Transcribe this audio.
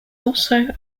also